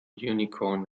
unicorn